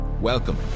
Welcome